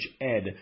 Ed